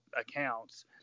accounts